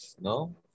no